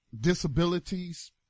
disabilities